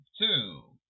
two